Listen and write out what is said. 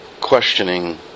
questioning